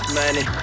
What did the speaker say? money